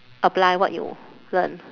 apply what you learn